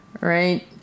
right